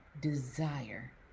desire